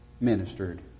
ministered